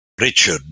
Richard